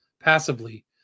passively